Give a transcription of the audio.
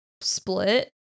split